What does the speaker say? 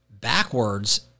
Backwards